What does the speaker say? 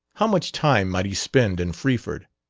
how much time might he spend in freeford?